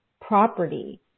property